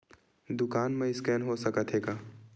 दुकान मा स्कैन हो सकत हे का?